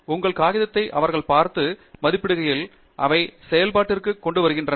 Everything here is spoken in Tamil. உங்கள் காகிதத்தை அவர்கள் பார்த்து மதிப்பிடுகையில் அவை செயல்பாட்டிற்கு கொண்டு வருகின்றன